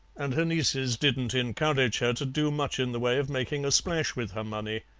and her nieces didn't encourage her to do much in the way of making a splash with her money.